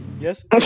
Yes